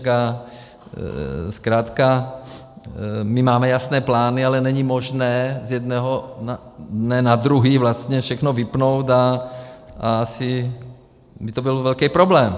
A zkrátka my máme jasné plány, ale není možné z jednoho dne na druhý vlastně všechno vypnout a asi by to byl velký problém.